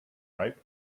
ripe